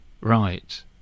Right